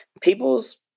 people's